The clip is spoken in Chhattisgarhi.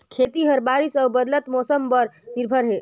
खेती ह बारिश अऊ बदलत मौसम पर निर्भर हे